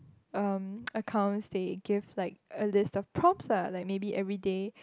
um accounts they give like a list of prompts lah like maybe everyday